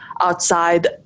outside